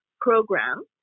program